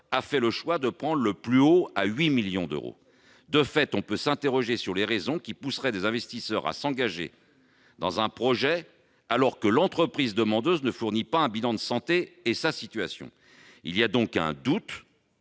a fait le choix du plus élevé, qui s'élève à 8 millions d'euros. De fait, on peut s'interroger sur les raisons qui pousseraient des investisseurs à s'engager dans un projet alors que l'entreprise demandeuse ne fournit pas un bilan de sa santé et de sa situation. Nous avons donc un doute